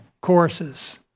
courses